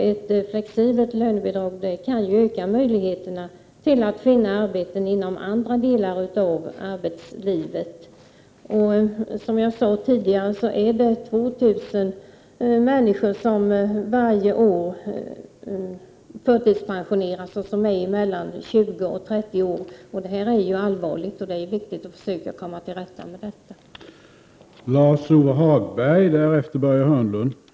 Ett flexibelt lönebidrag kan vidga möjligheterna att finna arbeten inom andra delar av arbetslivet. 2 000 människor i åldrarna mellan 20 och 30 år förtidspensioneras varje år, som sagt. Det är allvarligt. Det är viktigt att försöka komma till rätta med det problemet.